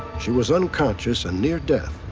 she was unconscious and near death,